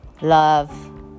love